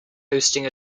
hosting